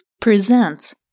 presents